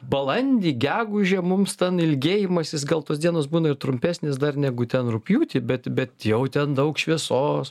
balandį gegužę mums ten ilgėjimasis gal tos dienos būna ir trumpesnės dar negu ten rugpjūtį bet bet jau ten daug šviesos